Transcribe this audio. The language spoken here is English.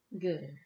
Good